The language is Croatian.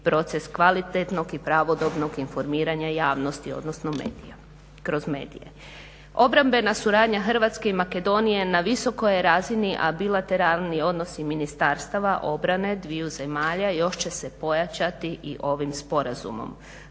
proces kvalitetnog i pravodobnog informiranja javnosti odnosno medija, kroz medije. Obrambena suradnja Hrvatske i Makedonije na visokoj je razini a bilateralni odnosi Ministarstava obrane, dviju zemalja još će se pojačati i ovim sporazumom.